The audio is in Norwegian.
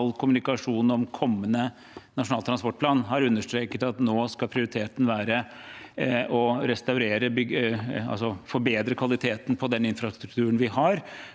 kommunikasjon om kommende Nasjonal transportplan har understreket at nå skal prioriteten være å forbedre kvaliteten på den infrastrukturen vi har,